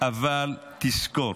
אבל זכור,